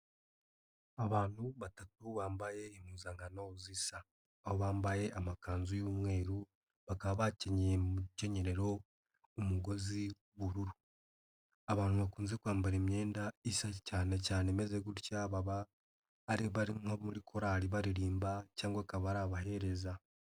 Abantu batatu bambaye impuzankano zisa. Aho bambaye amakanzu y'umweru, bakaba bakenyeye mu rukenyerero, umugozi w'ubururu. Abantu bakunze kwambara imyenda isa cyane cyane imeze gutya baba ari bari nko muri korali baririmba cyangwa akaba ari abahereza.